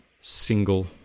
single